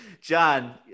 John